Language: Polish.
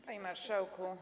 Panie Marszałku!